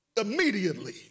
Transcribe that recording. immediately